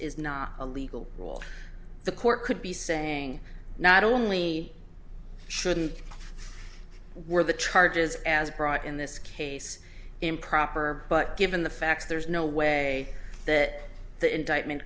is not a legal rule the court could be saying not only shouldn't we're the trudges as brought in this case improper but given the facts there's no way that the indictment